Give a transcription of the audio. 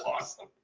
Awesome